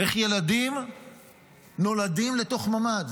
איך ילדים נולדים לתוך ממ"ד.